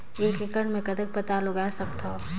एक एकड़ मे कतेक पताल उगाय सकथव?